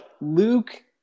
Luke